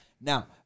Now